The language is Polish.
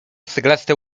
ceglaste